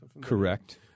Correct